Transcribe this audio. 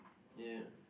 ya